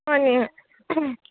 হয়নি